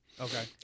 Okay